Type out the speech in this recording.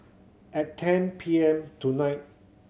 at ten P M tonight